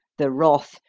the wrath,